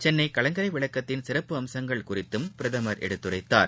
சென்னைகலங்கரைவிளக்கத்தின் சிறப்பம்சங்கள் குறித்தம் பிரதமர் எடுத்துரைத்தார்